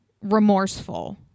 remorseful